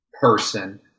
person